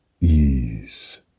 ease